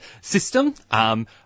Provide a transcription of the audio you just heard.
system